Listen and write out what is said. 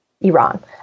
Iran